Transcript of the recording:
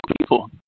people